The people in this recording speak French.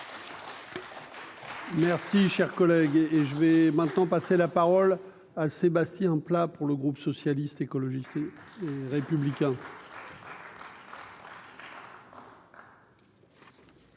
Merci, cher collègue et et je vais maintenant passer la parole à Sébastien Pla pour le groupe socialiste, écologiste et républicain.